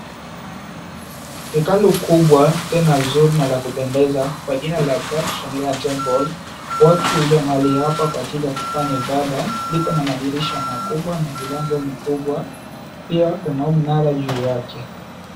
Hekalu kubwa, tena zuri na la kupendeza, kwa jina la Babshamira Temple, watu huja mahali hapa kwa ajili ya kufanya ibada. Liko na madirisha makubwa na milango mikubwa. Pia, kunayo mnara juu yake.